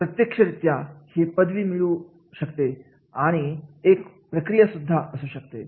प्रत्यक्षरीत्या हे पदवी मधून मिळू शकते किंवा एक प्रक्रिया सुद्धा असू शकते